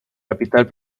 capital